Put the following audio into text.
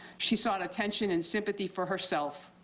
she sought attention and sympathy for herself.